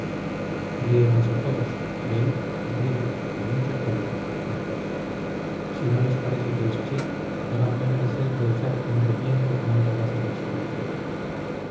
riéronse todos y él corrido con mucha cólera dijo si no les parece que es así háganme merced de echar un remiendo con un pedazo de astrología